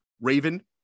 Raven